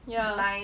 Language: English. ya